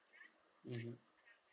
mmhmm